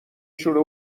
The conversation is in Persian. شوره